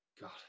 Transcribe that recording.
God